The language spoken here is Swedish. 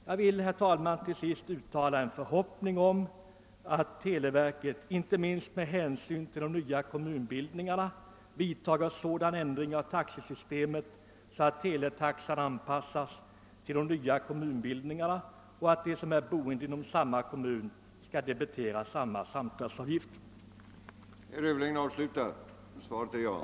Jag vill till sist uttala en förhoppning om att televerket, inte minst med hänsyn till de nya kommunbildningarna, vidtar sådan ändring av taxesystemet att teletaxan anpassas till de nya kom munbildningarna och att de som bor inom samma kommun debiteras lika hög samtalsavgift.